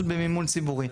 פשוט במימון ציבורי.